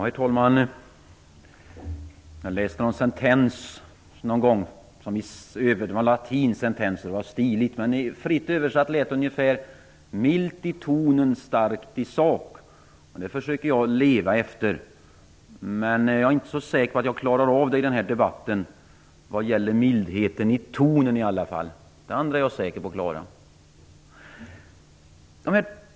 Herr talman! Jag läste en sentens någon gång som var på latin. Det var stiligt. Men fritt översatt lät det ungefär: Milt i tonen, starkt i sak. Det försöker jag leva efter. Men jag är inte så säker på att jag klarar av det i den här debatten, vad gäller mildheten i tonen i alla fall. Det andra är jag säker på att klara.